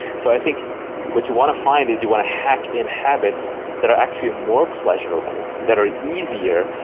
so i think what you want to find is you want to hack in habits that are actually more pleasurable, that are easier,